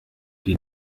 die